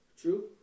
true